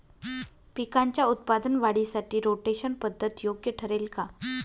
पिकाच्या उत्पादन वाढीसाठी रोटेशन पद्धत योग्य ठरेल का?